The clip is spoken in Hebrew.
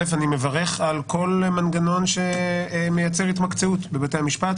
אני מברך על כל מנגנון שמייצר התמקצעות בבתי המשפט.